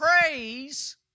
praise